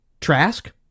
Trask